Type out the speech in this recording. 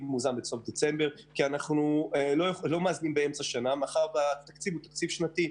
אנחנו לא מאזנים באמצע שנה כי מדובר בתקציב שנתי,